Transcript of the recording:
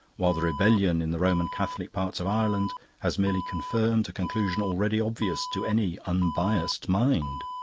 while the rebellion in the roman catholic parts of ireland has merely confirmed a conclusion already obvious to any unbiased mind.